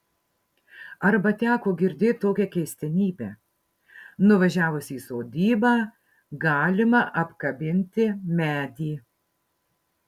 arba teko girdėt tokią keistenybę nuvažiavus į sodybą galima apkabinti medį